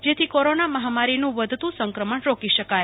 જેથી કોરોના મહામારીનું વધતું સંક્રમણ રોકી શકાય